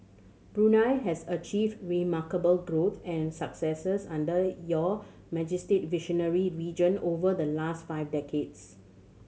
Brunei has achieved remarkable growth and successes under Your Majesty's visionary reign over the last five decades